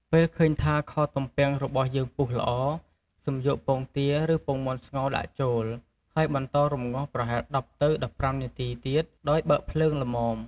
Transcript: ពេលឃើញថាខទំពាំងរបស់យើងពុះល្អ សិមយកពងទា ឬ ពងមាន់ស្ងោរដាក់ចូល ហើយបន្តរំងាស់ប្រហែល ១០ទៅ ១៥នាទីទៀត ដោយបើកភ្លើងល្មម។